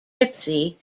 gypsy